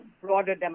broader